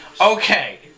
Okay